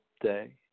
day